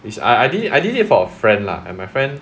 is I I I did it for a friend lah and my friend